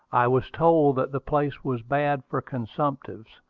i was told that the place was bad for consumptives,